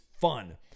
fun